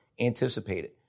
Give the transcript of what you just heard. anticipated